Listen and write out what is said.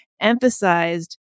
emphasized